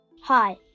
Hi